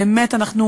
באמת, אנחנו